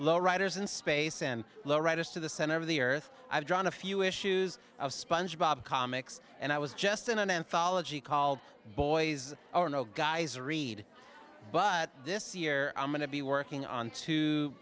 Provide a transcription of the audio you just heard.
low riders in space and the writers to the center of the earth i've drawn a few issues of sponge bob comics and i was just in an anthology called boys are no guys read but this year i'm going to be working on two